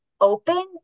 open